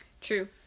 True